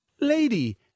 Lady